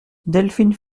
delphine